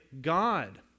God